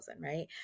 right